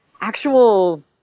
actual